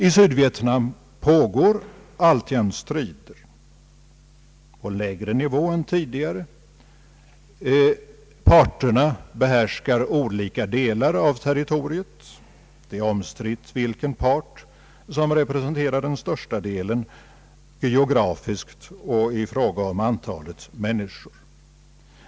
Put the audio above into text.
I Sydvietnam pågår alltjämt strider men i mindre omfattning än tidigare. Parterna behärskar olika delar av territoriet. Det är omstritt vilken av dem som representerar den största delen, geografiskt och i fråga om antalet människor.